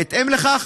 בהתאם לכך,